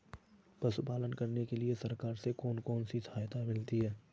पशु पालन करने के लिए सरकार से कौन कौन सी सहायता मिलती है